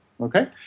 okay